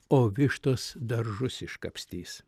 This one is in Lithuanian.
o vištos daržus iškapstys